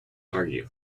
argue